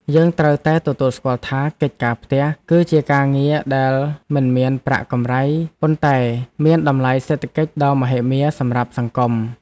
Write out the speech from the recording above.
យើងត្រូវតែទទួលស្គាល់ថាកិច្ចការផ្ទះ គឺជាការងារដែលមិនមានប្រាក់កម្រៃប៉ុន្តែមានតម្លៃសេដ្ឋកិច្ចដ៏មហិមាសម្រាប់សង្គម។